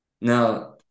Now